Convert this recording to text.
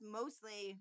mostly